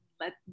let